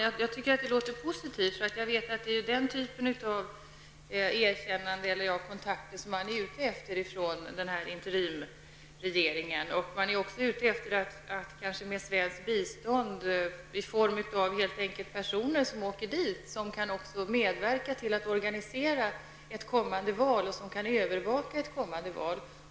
Herr talman! Det låter positivt. Det är nämligen den typen av kontakter som interimsregeringen är ute efter. Man är också ute efter att få svenskt bistånd i form av personer som åker till Liberia för att medverka till att organisera och övervaka ett kommande val.